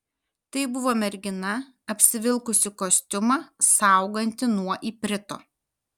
tai buvo mergina apsivilkusi kostiumą saugantį nuo iprito